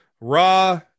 Raw